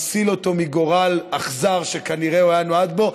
מציל אותו מגורל אכזר שכנראה הוא היה נועד בו,